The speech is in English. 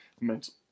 mental